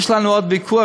יש לנו עוד ויכוח,